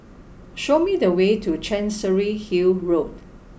show me the way to Chancery Hill Road